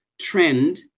trend